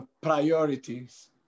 priorities